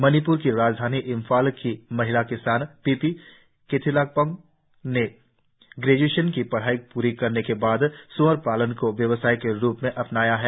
मणिप्र की राजधानी इंफाल में महिला किसान पिपि कैथेलाकपम ने ग्रेज्एशन की पढ़ाई पूरी करने के बाद स्अर पालन को व्यवसाय के रुप में अपनाया है